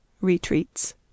retreats